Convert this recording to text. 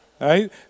Right